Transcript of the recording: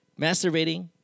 Masturbating